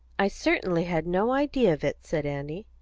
i certainly had no idea of it, said annie.